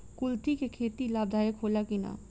कुलथी के खेती लाभदायक होला कि न?